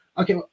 Okay